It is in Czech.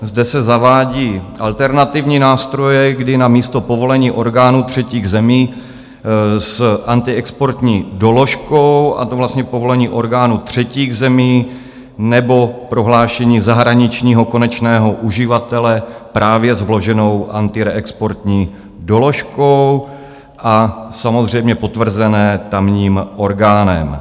Zde se zavádí alternativní nástroje, kdy namísto povolení orgánů třetích zemí s antiexportní doložkou, a to vlastně povolení orgánů třetích zemí nebo prohlášení zahraničního konečného uživatele, právě s vloženou antireexportní doložkou a samozřejmě potvrzené tamním orgánem.